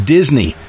Disney